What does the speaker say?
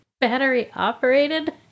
Battery-operated